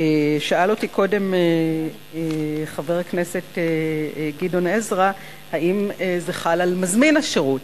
שאל אותי קודם חבר הכנסת גדעון עזרא אם זה חל על מזמין השירות.